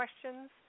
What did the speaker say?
questions